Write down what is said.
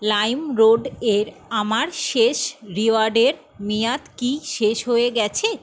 LimeRoad এর আমার শেষ রিওয়ার্ডের মেয়াদ কি শেষ হয়ে গেছে